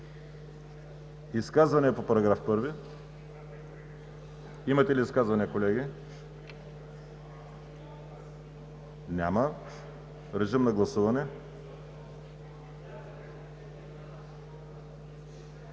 Изказвания по § 1? Имате ли изказвания, колеги? Няма. Режим на гласуване.